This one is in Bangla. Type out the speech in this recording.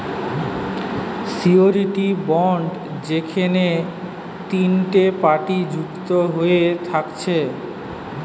সিওরীটি বন্ড যেখেনে তিনটে পার্টি যুক্ত হয়ে থাকছে